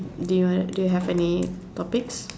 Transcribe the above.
do you want do you have any topics